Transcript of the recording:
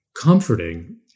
comforting